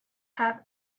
have